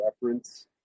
reference